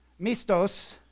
mistos